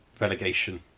relegation